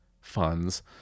funds